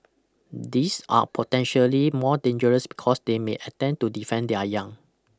these are potentially more dangerous because they may attempt to defend their young